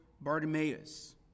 Bartimaeus